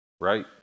right